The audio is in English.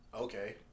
okay